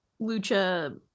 Lucha